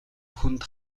хүнд